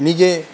নিজে